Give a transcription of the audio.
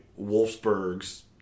Wolfsburg's